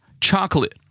Chocolate